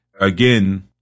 again